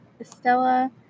Estella